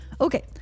Okay